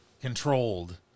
controlled